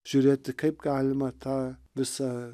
žiūrėti kaip galima tą visa